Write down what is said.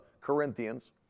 Corinthians